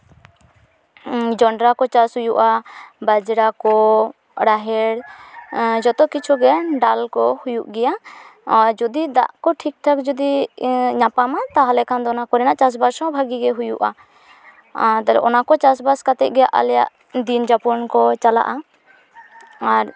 ᱡᱚᱱᱰᱨᱟ ᱠᱚ ᱪᱟᱥ ᱦᱩᱭᱩᱜᱼᱟ ᱵᱟᱡᱽᱲᱟ ᱠᱚ ᱨᱟᱦᱮᱲ ᱡᱚᱛᱚ ᱠᱤᱪᱷᱩ ᱜᱮ ᱰᱟᱞ ᱠᱚ ᱦᱩᱭᱩᱜ ᱜᱮᱭᱟ ᱟᱨ ᱡᱩᱫᱤ ᱫᱟᱜ ᱠᱚ ᱡᱩᱫᱤ ᱴᱷᱤᱠᱼᱴᱷᱟᱠ ᱡᱩᱫᱤ ᱧᱟᱯᱟᱢᱟ ᱛᱟᱦᱚᱞᱮ ᱠᱷᱟᱱ ᱫᱚ ᱚᱱᱟ ᱠᱚᱨᱮᱱᱟᱜ ᱪᱟᱥᱼᱵᱟᱥ ᱦᱚᱸ ᱵᱷᱟᱜᱮ ᱜᱮ ᱦᱩᱭᱩᱜᱼᱟ ᱟᱨ ᱛᱟᱦᱚᱞᱮ ᱚᱱᱟ ᱠᱚ ᱪᱟᱥᱵᱟᱥ ᱠᱟᱛᱮ ᱜᱮ ᱟᱞᱮᱭᱟᱜ ᱫᱤᱱ ᱡᱟᱯᱚᱱ ᱠᱚ ᱪᱟᱞᱟᱜᱼᱟ ᱟᱨ